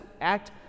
act